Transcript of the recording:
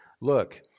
Look